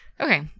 Okay